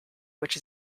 which